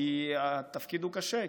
כי התפקיד הוא קשה,